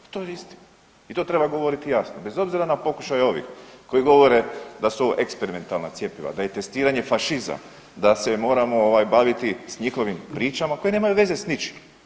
To je istina i to treba govoriti jasno bez obzira na pokušaj ovih koji govore da su ovo eksperimentalna cjepiva, da je testiranje fašizam, da se moramo ovaj baviti s njihovim pričama koje nemaju veze s ničim.